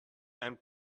and